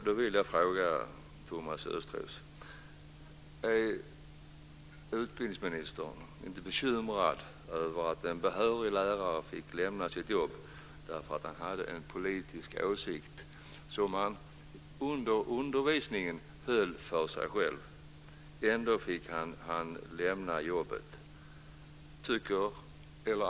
Då vill jag fråga Thomas Östros: Är inte utbildningsministern bekymrad över att en behörig lärare fick lämna sitt jobb för att han hade en viss politisk åsikt som han under undervisningen höll för sig själv - ändå fick han lämna jobbet.